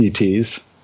ETs